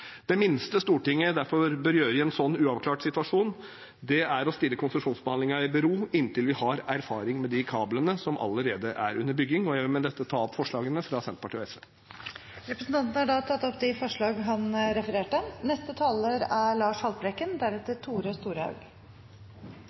Det minste Stortinget derfor bør gjøre i en sånn uavklart situasjon, er å stille konsesjonsbehandlingen i bero inntil vi har erfaring med de kablene som allerede er under bygging. Jeg vil med dette ta opp forslagene fra Senterpartiet og SV. Representanten Ole André Myhrvold har tatt opp de forslagene han refererte